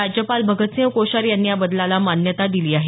राज्यपाल भगतसिंग कोश्यारी यांनी या बदलाला मान्यता दिली आहे